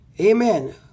Amen